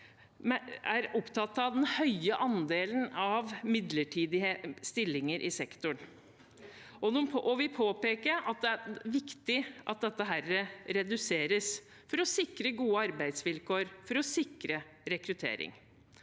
er opptatt av den høye andelen midlertidige stillinger i sektoren, og vi påpeker at det er viktig at dette reduseres for å sikre gode arbeidsvilkår og rekruttering.